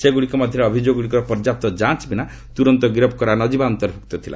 ସେଗୁଡ଼ିକ ମଧ୍ୟରେ ଅଭିଯୋଗଗୁଡ଼ିକର ପର୍ଯ୍ୟାନ୍ତ ଯାଞ୍ଚ ବିନା ତୁରନ୍ତ ଗିରଫ କରା ନ ଯିବା ଅନ୍ତର୍ଭୁକ୍ତ ଥିଲା